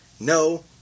No